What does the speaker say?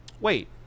Wait